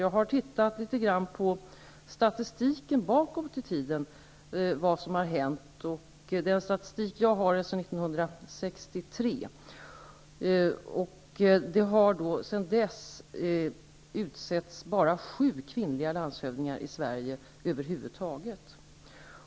Jag har tittat litet grand på statistiken bakåt i tiden. Jag har statistik sedan 1963. Sedan dess har det utsetts bara sju kvinnliga landshövdingar i Sverige över huvud taget.